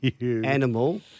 animal